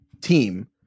team